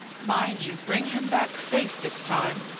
mind you bring him back safe this time!